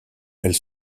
elle